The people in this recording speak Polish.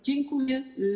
Dziękuję.